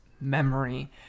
memory